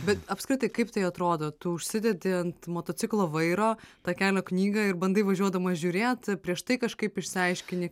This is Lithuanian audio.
bet apskritai kaip tai atrodo tu užsidedi ant motociklo vairo tą kelio knygą ir bandai važiuodamas žiūrėt prieš tai kažkaip išsiaiškini